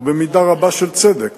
במידה רבה של צדק,